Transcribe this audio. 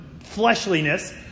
fleshliness